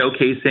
showcasing